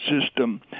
system